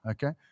Okay